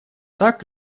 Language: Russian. так